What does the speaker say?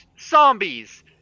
zombies